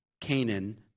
Canaan